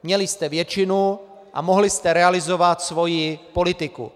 Měli jste většinu a mohli jste realizovat svou politiku.